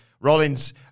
Rollins